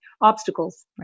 obstacles